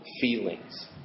feelings